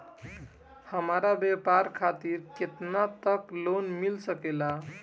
हमरा व्यापार खातिर केतना तक लोन मिल सकेला?